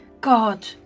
God